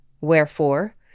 Wherefore